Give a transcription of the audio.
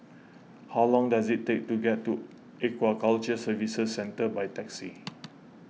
how long does it take to get to Aquaculture Services Centre by taxi